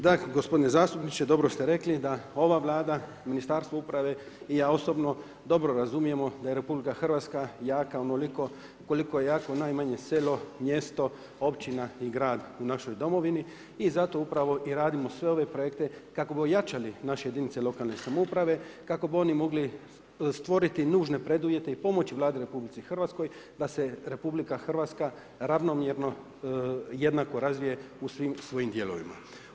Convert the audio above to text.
Dakle gospodine zastupniče, dobro ste rekli da ova Vlada, Ministarstvo uprave i ja osobno dobro razumijemo da je RH jaka onoliko koliko je jako najmanje selo, mjesto, općina i grad u našoj domovini i zato upravo i radimo sve ove projekte kako bi ojačali naše jedinice lokalne samouprave, kako bi oni mogli stvoriti nužne preduvjete i pomoći Vladi RH da se RH ravnomjerno jednako razvije u svim svojim dijelovima.